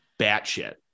batshit